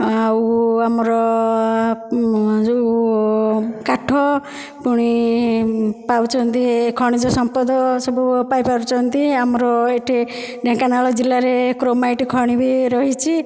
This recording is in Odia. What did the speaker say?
ଆଉ ଆମର ଯେଉଁ କାଠ ପୁଣି ପାଉଛନ୍ତି ଖଣିଜ ସଂପଦ ସବୁ ପାଇପାରୁଛନ୍ତି ଆମର ଏଠି ଢେଙ୍କାନାଳ ଜିଲ୍ଲାରେ କ୍ରୋମାଇଟ୍ ଖଣି ବି ରହିଛି